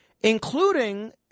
including